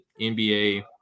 NBA